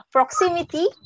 Proximity